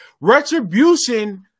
Retribution